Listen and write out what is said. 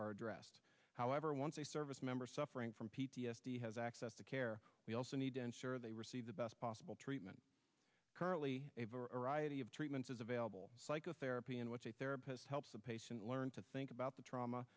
are addressed however once a service member suffering from p t s d has access to care we also need to ensure they receive the best possible treatment currently a variety of treatments is available psychotherapy and what's a therapist helps the patient learn to think about the trauma